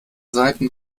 seiten